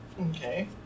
Okay